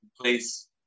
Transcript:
place